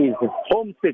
homesick